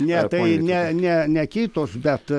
ne tai ne ne ne kitos bet